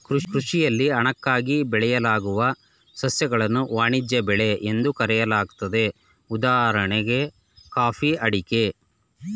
ಕೃಷಿಯಲ್ಲಿ ಹಣಕ್ಕಾಗಿ ಬೆಳೆಯಲಾಗುವ ಸಸ್ಯಗಳನ್ನು ವಾಣಿಜ್ಯ ಬೆಳೆ ಎಂದು ಕರೆಯಲಾಗ್ತದೆ ಉದಾಹಣೆ ಕಾಫಿ ಅಡಿಕೆ